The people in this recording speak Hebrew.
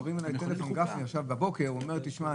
גפני הרים אליי טלפון בבוקר והוא אומר לי: תשמע,